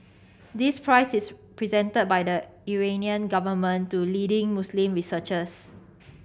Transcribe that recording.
this prize is presented by the Iranian government to leading Muslim researchers